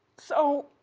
so,